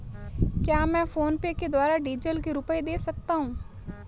क्या मैं फोनपे के द्वारा डीज़ल के रुपए दे सकता हूं?